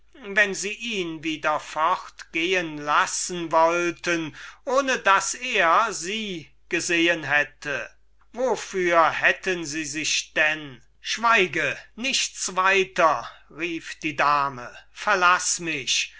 wenn sie ihn wieder fortgehen lassen wollten ohne daß er sie gesehen hätte wofür hätten sie sich dann schweige nichts weiter rief die dame verlaß mich